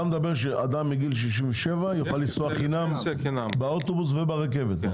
אתה מתכוון שאדם מגיל 67 יוכל לנסוע חינם באוטובוס וברכבת?